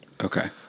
Okay